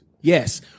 yes